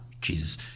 Jesus